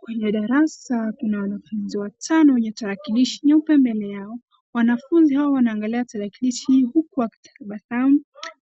Kwenye darasa kuna wanafunzi watano wenye tarakilishi nyeupe mbele yao. Wanafunzi hao wanaangalia tarakilishi huku wakitabasamu.